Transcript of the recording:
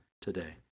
today